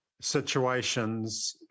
situations